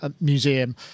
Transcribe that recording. museum